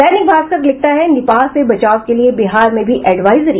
दैनिक भास्कर लिखता है निपाह से बचाव के लिये बिहार में भी एडवाइजरी